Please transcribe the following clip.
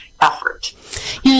effort